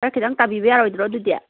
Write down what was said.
ꯈꯔ ꯈꯤꯇꯪ ꯇꯥꯕꯤꯕ ꯌꯥꯔꯣꯏꯗ꯭ꯔꯣ ꯑꯗꯨꯗꯤ